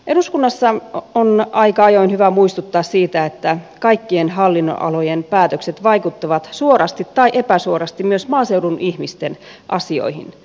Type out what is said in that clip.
eduskunnassa on aika ajoin hyvä muistuttaa siitä että kaikkien hallinnonalojen päätökset vaikuttavat suorasti tai epäsuorasti myös maaseudun ihmisten asioihin